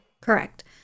Correct